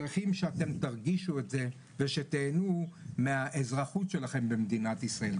צריכים שאתם תרגישו את זה ושתיהנו מהאזרחות שלכם במדינת ישראל.